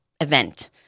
event